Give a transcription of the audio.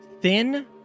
thin